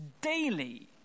daily